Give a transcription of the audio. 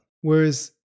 Whereas